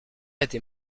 était